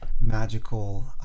magical